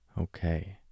Okay